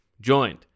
joined